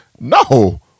No